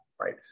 right